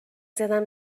زدم